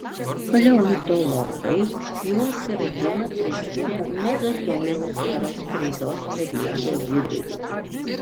paleontologai jų atsiradimą priskiria mezozojaus eros kreidos periodo viduriui